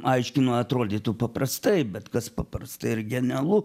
aiškino atrodytų paprastai bet kas paprasta ir genialu